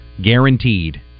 Guaranteed